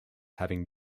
having